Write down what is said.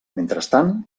mentrestant